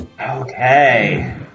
Okay